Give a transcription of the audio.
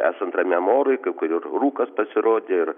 esant ramiam orui kai kur ir rūkas pasirodė ir